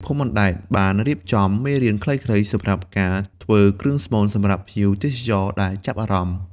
ភូមិអណ្ដែតបានរៀបចំ មេរៀនខ្លីៗ សម្រាប់ការធ្វើគ្រឿងស្មូនសម្រាប់ភ្ញៀវទេសចរដែលចាប់អារម្មណ៍។